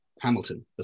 Hamilton